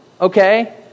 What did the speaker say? Okay